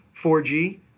4G